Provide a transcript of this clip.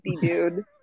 dude